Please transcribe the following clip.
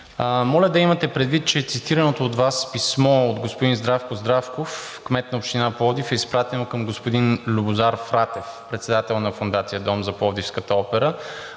моля да имате предвид, че цитираното от Вас писмо от господин Здравко Здравков, кмет на община Пловдив, е изпратено към господин Любозар Фратев, председател на Фондация „Дом за Пловдивската опера“.